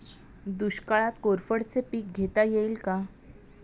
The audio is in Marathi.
दुष्काळात कोरफडचे पीक घेता येईल का?